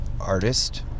artist